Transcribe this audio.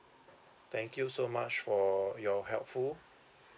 thank you so much for your helpful